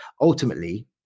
Ultimately